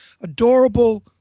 adorable